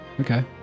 okay